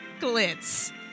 glitz